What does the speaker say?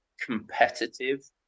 competitive